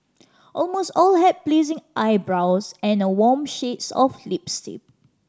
almost all had pleasing eyebrows and a warm shades of lipstick